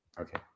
Okay